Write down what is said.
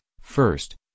first